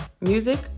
Music